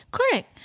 Correct